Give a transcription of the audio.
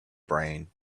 brain